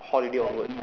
holiday onwards